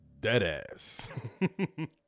deadass